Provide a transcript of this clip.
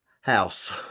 house